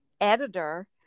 editor